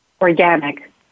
organic